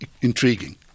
intriguing